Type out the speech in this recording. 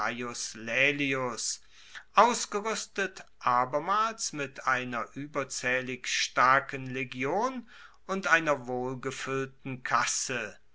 ausgeruestet abermals mit einer ueberzaehlig starken legion und einer wohlgefuellten kasse